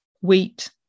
wheat